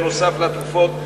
נוסף על תרופות,